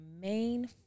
main